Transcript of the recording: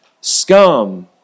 scum